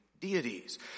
deities